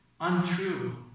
untrue